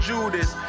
Judas